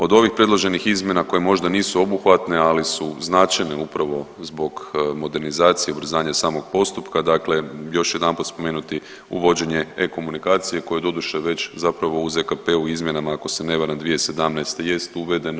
Od ovih predloženih izmjena koje možda nisu obuhvatne, ali su značajne upravo zbog modernizacije i ubrzanja samog postupka, dakle još jednom ću spomenuti uvođenje e-komunikacije koje je doduše već zapravo u ZKP-u izmjenama ako se ne varam 2017. jest uvedeno.